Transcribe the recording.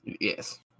Yes